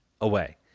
away